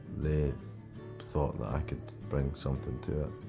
they thought that i could bring something to it.